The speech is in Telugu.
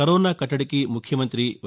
కరోనా కట్టడికి ముఖ్యమంతి వై